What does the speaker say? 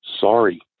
sorry